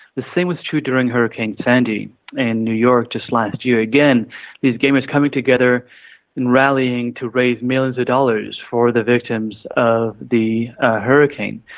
the same was true during hurricane sandy in new york just last year, again these gamers coming together and rallying to raise millions of dollars for the victims of the hurricanes.